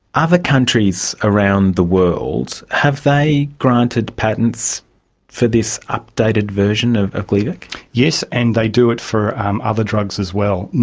other countries around the world, have they granted patents for this updated version of glivec? yes, and they do it for other drugs as well.